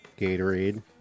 Gatorade